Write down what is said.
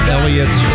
Elliot